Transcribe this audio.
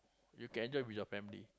you can enjoy with your family